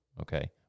okay